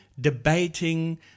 debating